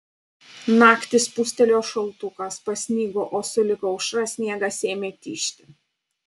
naktį spustelėjo šaltukas pasnigo o sulig aušra sniegas ėmė tižti